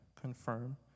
confirm